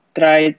try